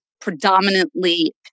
predominantly